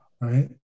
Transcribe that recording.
Right